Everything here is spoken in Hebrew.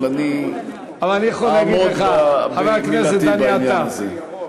אבל אני אעמוד במילתי בעניין הזה.